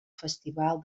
festival